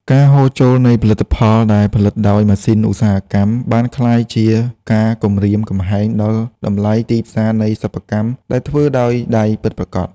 ការហូរចូលនៃផលិតផលដែលផលិតដោយម៉ាស៊ីនឧស្សាហកម្ម បានក្លាយជាការគំរាមកំហែងដល់តម្លៃទីផ្សារនៃសិប្បកម្មដែលធ្វើដោយដៃពិតប្រាកដ។